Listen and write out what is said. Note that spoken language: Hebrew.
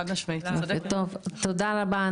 תודה רבה.